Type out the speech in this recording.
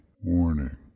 Warning